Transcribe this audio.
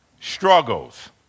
struggles